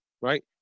right